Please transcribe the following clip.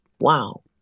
wow